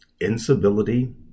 incivility